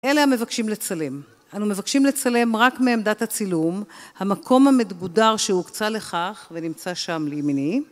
אלה המבקשים לצלם: אנו מבקשים לצלם רק מעמדת הצילום, המקום המגודר שהוקצה לכך ונמצא שם לימיני.